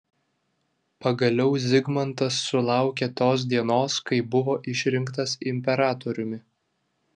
pagaliau zigmantas sulaukė tos dienos kai buvo išrinktas imperatoriumi